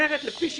אחרת לפי שיטתכם,